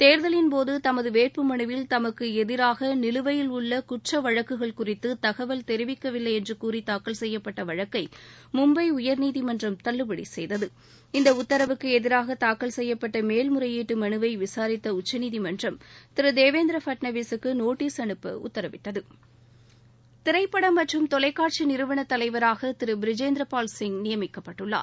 தேர்தலின்போது தமது வேட்பு மனுவில் தமக்கு எதிராக நிலுவையில் உள்ள குற்ற வழக்குகள் குறித்து தகவல் தெரிவிக்கவில்லை என்று கூறி தாக்கல் செய்யப்பட்ட வழக்கை மும்பை உயர்நீதிமன்றம் தள்ளுபடி செய்தது இந்த உத்தரவுக்கு எதிராக தாக்கல் செய்யப்பட்ட மேல் முறையீட்டு மனுவை விசாரித்த உச்சநீதிமன்றம் திரு தேவேந்திர பட்னாவிசுக்கு நோட்டீஸ் அனுப்ப உத்தரவிட்டது திரைப்படம் மற்றும் தொலைக்காட்சி நிறுவன தலைவராக திரு பிரிஜேந்திரபால் சிங் நியமிக்கப்பட்டுள்ளார்